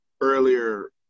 earlier